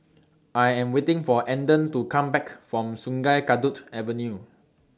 I Am waiting For Andon to Come Back from Sungei Kadut Avenue